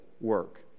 work